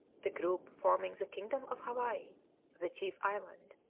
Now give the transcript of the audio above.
the group forming the kingdom of hawaii the chief island.